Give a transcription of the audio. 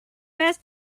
fast